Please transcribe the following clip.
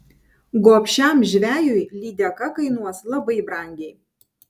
gobšiam žvejui lydeka kainuos labai brangiai